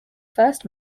first